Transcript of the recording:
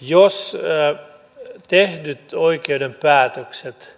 jos tehdyt oikeuden päätökset